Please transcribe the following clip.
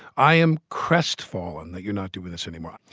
i am crestfallen that you're not doing this anymore. ah